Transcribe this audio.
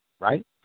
right